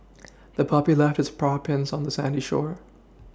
the puppy left its paw prints on the sandy shore